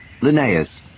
Linnaeus